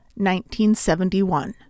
1971